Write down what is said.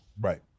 Right